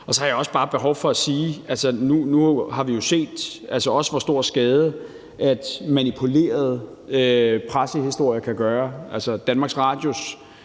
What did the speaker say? Og så har jeg også bare behov for at sige, at nu har vi jo set, hvor stor skade manipulerede pressehistorier kan gøre.